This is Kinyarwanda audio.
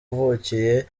wavukiye